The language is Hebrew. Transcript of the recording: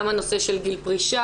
גם הנושא של גיל פרישה,